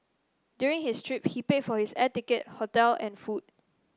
during his trip he paid for his air ticket hotel and food